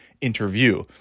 interview